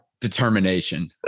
Determination